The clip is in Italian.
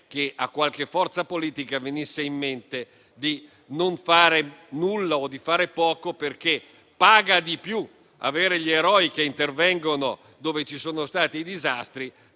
che a qualche forza politica venisse in mente di non fare nulla o di fare poco perché paga di più avere gli eroi che intervengono dove ci sono stati i disastri